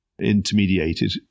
intermediated